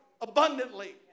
abundantly